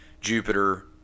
Jupiter